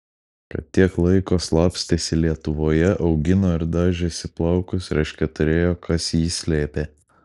kad tiek laiko slapstėsi lietuvoje augino ir dažėsi plaukus reiškia turėjo kas jį slėpė